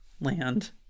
land